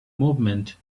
movement